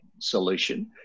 Solution